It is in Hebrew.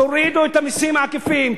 תורידו את המסים העקיפים,